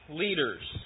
leaders